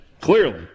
Clearly